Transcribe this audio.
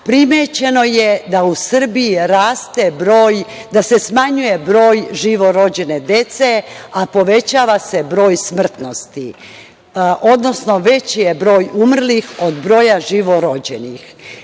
primećeno je da se u Srbiji smanjuje broj živorođene dece, a povećava se broj smrtnosti, odnosno veći je broj umrlih od broja živorođenih. Niko